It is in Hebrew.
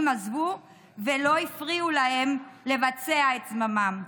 עזבו ולא הפריעו להם לבצע את זממם.